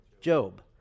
Job